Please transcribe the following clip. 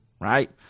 right